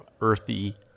earthy